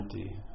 empty